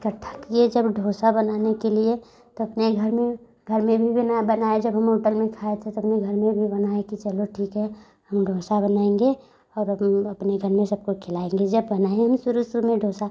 इकट्ठा किए जब डोसा बनाने के लिए तो अपने घर में घर में भी बना बनाए जब हम होटल में खाए थे तो अपने घर में भी बनाए कि चलो ठीक है हम डोसा बनाएंगे और अपने घर में सबको खिलाएंगे जब बनाए हम शुरू शुरू में डोसा